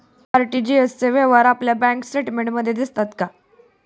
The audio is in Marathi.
आर.टी.जी.एस चे व्यवहार आपल्या बँक स्टेटमेंटमध्ये दिसतात का?